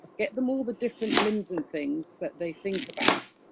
get them all the different limbs and things that they think about.